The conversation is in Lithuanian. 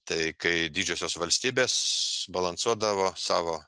tai kai didžiosios valstybės balansuodavo savo